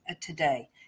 today